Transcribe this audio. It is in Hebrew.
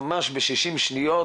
ממש ב-60 שניות,